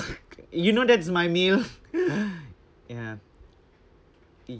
uh you know that's my meal ya